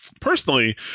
Personally